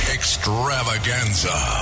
Extravaganza